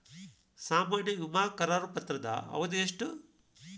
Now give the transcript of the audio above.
ಸಾಮಾನ್ಯ ವಿಮಾ ಕರಾರು ಪತ್ರದ ಅವಧಿ ಎಷ್ಟ?